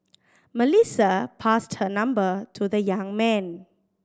Melissa passed her number to the young man